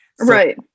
Right